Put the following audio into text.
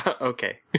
Okay